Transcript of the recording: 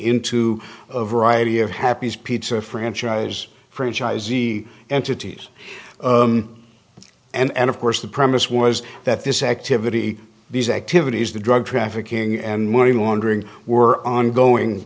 into a variety of happy's pizza franchise franchisee entities and of course the premise was that this activity these activities the drug trafficking and money laundering were ongoing